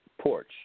porch